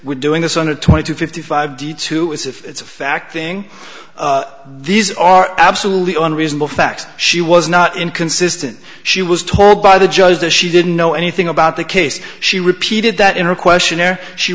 we're doing this on a twenty to fifty five d two as if it's a fact thing these are absolutely unreasonable facts she was not inconsistent she was told by the judge that she didn't know anything about the case she repeated that in her questionnaire she